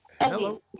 Hello